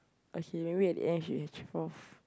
okay maybe at the end she